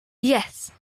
yes